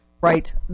right